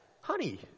honey